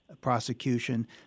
prosecution